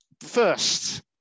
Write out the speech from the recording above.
First